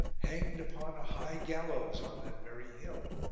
hanged upon a high gallows on that very hill.